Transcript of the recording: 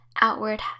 outward